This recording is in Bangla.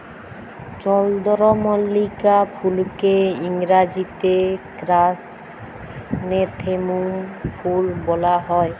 চলদরমল্লিকা ফুলকে ইংরাজিতে কেরাসনেথেমুম ফুল ব্যলা হ্যয়